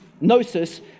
gnosis